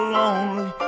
lonely